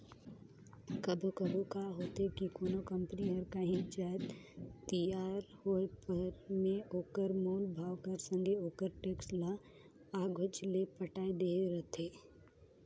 कभों कभों का होथे कि कोनो कंपनी हर कांही जाएत तियार होय पर में ओकर मूल भाव कर संघे ओकर टेक्स ल आघुच ले पटाए देहे रहथे